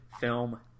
film